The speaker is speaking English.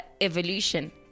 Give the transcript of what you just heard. evolution